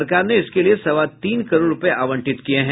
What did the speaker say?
सरकार ने इसके लिये सवा तीन करोड़ रूपये आवंटित किये हैं